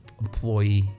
employee